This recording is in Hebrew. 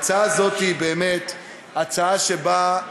ההצעה הזאת היא באמת הצעה שבאה